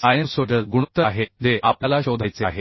sinusoidal गुणोत्तर आहे जे आपल्याला शोधायचे आहे